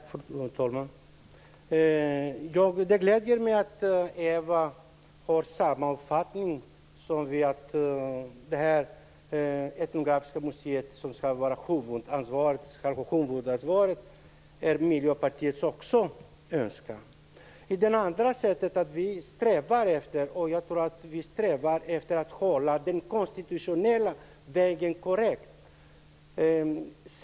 Fru talman! Det gläder mig att Ewa Larsson har samma uppfattning som vi, nämligen att det här etnografiska museet skall ha huvudansvaret och att det också är Miljöpartiets önskan. Vi strävar efter att gå den konstitutionella vägen korrekt.